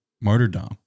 Martyrdom